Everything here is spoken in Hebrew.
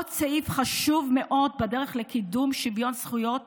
עוד סעיף חשוב מאוד בדרך לקידום שוויון זכויות